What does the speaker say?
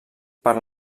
per